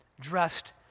dressed